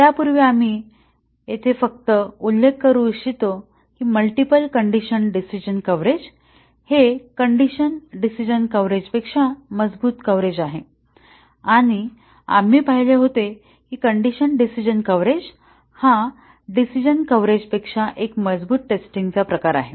त्यापूर्वी आम्ही येथे फक्त उल्लेख करू इच्छितो की मल्टिपल कंडिशन डिसिजणं कव्हरेज हे कंडिशन डिसिजणं कव्हरेजपेक्षा मजबूत कव्हरेज आहे आणि आम्ही पाहिले होते की कंडिशन डिसिजणं कव्हरेज हा डिसिजणं कव्हरेजपेक्षा एक मजबूत टेस्टिंग आहे